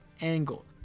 angle